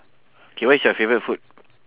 K what's your favourite food